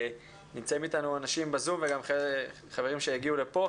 נמצאים איתנו אנשים בזום וגם חברים שהגיעו לפה.